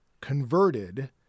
converted